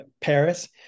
Paris